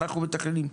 אנחנו מתכננים,